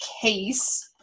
case